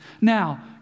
Now